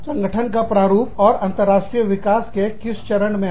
संगठन का प्रारूप और अंतरराष्ट्रीय विकास के किस चरण में है